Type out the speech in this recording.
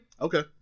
okay